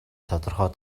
тодорхой